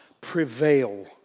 prevail